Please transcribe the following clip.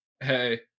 Hey